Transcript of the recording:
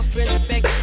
respect